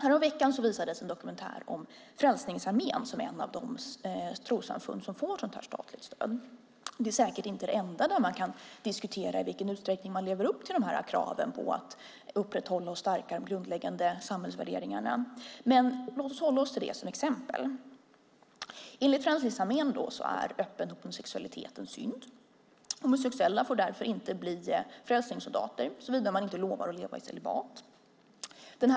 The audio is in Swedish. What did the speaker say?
Häromveckan visades en dokumentär om Frälsningsarmén, som är ett av de trossamfund som får statligt stöd. Det är säkert inte det enda trossamfundet där det kan diskuteras i vilken utsträckning man lever upp till kraven på att upprätthålla och stärka de grundläggande samhällsvärderingarna, men låt oss hålla oss till det som exempel. Enligt Frälsningsarmén är öppen homosexualitet en synd. Homosexuella får därför inte bli frälsningssoldater såvida de inte lovar att leva i celibat.